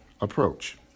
approach